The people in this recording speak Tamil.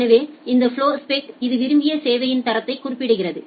எனவே இந்த ஃப்ளோஸ்பெக் இது விரும்பிய சேவையின் தரத்தை குறிப்பிடுகிறது